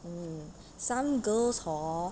mm some girls hor